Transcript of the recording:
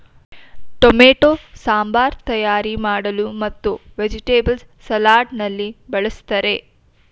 tomato sambar ತಯಾರಿ ಮಾಡಲು ಮತ್ತು ವೆಜಿಟೇಬಲ್ಸ್ ಸಲಾಡ್ ನಲ್ಲಿ ಬಳ್ಸತ್ತರೆ